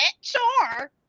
Sure